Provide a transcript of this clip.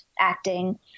acting